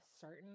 certain